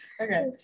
Okay